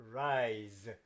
rise